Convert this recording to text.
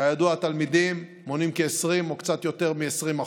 כידוע, התלמידים מונים כ-20% או קצת יותר מ-20%.